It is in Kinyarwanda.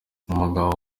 umugabo